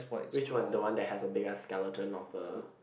which one the one that has a big ass skeleton of the